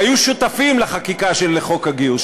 שהיו שותפים לחקיקה של חוק הגיוס,